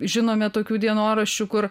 žinome tokių dienoraščių kur